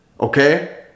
Okay